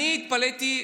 אני התפלאתי.